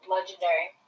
Legendary